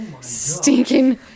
stinking